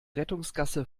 rettungsgasse